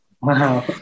wow